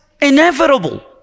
inevitable